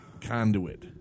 conduit